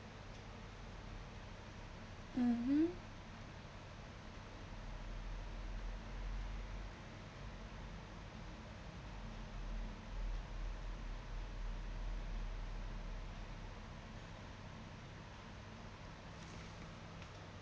mmhmm